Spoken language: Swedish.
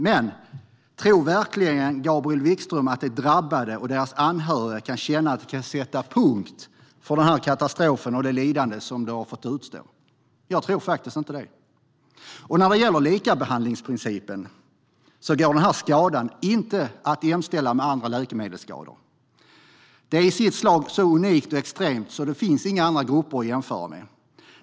Men tror verkligen Gabriel Wikström att de drabbade och deras anhöriga kan känna att de kan sätta punkt för den här katastrofen och det lidande som de har fått utstå? Jag tror faktiskt inte det. När det gäller likabehandlingsprincipen går den här skadan inte att jämställa med andra läkemedelsskador. Den är i sitt slag så unik och extrem att det inte finns några andra grupper att jämföra med.